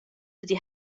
ydi